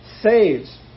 saves